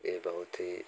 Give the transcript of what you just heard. ये बहुत ही